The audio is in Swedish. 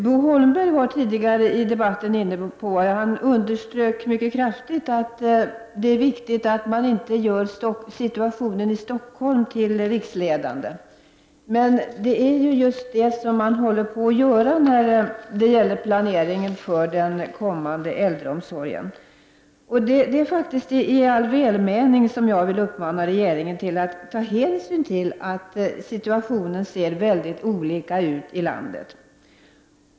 Bo Holmberg var tidigare i debatten inne på det. Han underströk mycket kraftigt att det är viktigt att man inte gör situationen i Stockholm riksledande. Men det är just vad man håller på att göra när det gäller planeringen för den kommande äldreomsorgen. Det är faktiskt i all välmening som jag vill uppmana regeringen att ta hänsyn till att situationen ser olika ut på olika håll i landet.